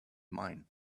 mine